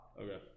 Okay